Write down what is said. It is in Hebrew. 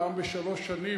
פעם בשלוש שנים,